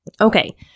Okay